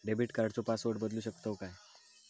Debit कार्डचो password बदलु शकतव काय?